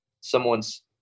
someone's